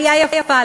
עלייה יפה.